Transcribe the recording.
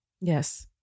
Yes